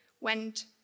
went